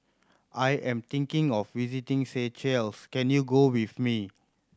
I am thinking of visiting Seychelles can you go with me